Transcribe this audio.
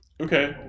Okay